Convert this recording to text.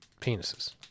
penises